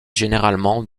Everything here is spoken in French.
généralement